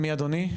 מי אדוני?